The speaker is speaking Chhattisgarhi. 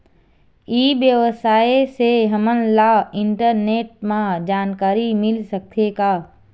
ई व्यवसाय से हमन ला इंटरनेट मा जानकारी मिल सकथे का?